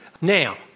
Now